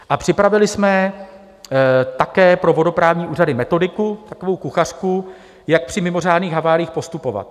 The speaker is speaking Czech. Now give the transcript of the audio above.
A připravili jsme také pro vodoprávní úřady metodiku, takovou kuchařku, jak při mimořádných haváriích postupovat.